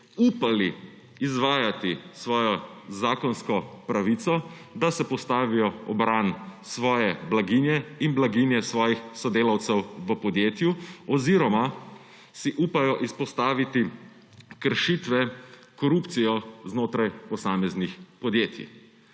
upali izvajati svojo zakonsko pravico, da se postavijo v bran svoje blaginje in blaginje svojih sodelavcev v podjetju, oziroma si upajo izpostaviti kršitve, korupcijo znotraj posameznih podjetij.